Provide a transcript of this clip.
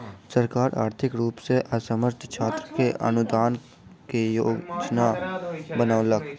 सरकार आर्थिक रूप सॅ असमर्थ छात्र के अनुदान के योजना बनौलक